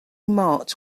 marked